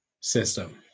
system